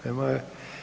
Nema je.